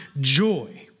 joy